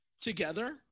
together